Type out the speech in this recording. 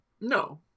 No